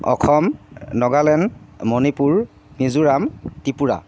Assam Nagaland Manipur Mizoram Tripura